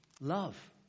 love